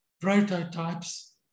prototypes